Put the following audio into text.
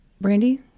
Brandy